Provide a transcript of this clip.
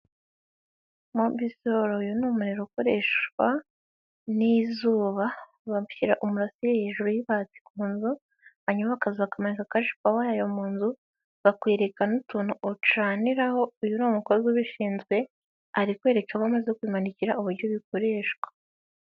Mobisoro, uyu ni umuriro ukoreshwa n'izuba, bashyira umurasire hejuru y'imbati ku nzu, hanyuma akaza bakamanika cash power yayo mu nzu, akakwereka n'utuntu ucaniraho. Uyu ni umukozi ubishinzwe, arikwereka abo amaze khmanikira uburyo bikoreshwa.